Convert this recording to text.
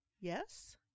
Yes